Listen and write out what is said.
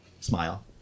Smile